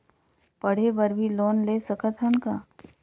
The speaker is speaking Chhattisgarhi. पढ़े बर भी लोन ले सकत हन का?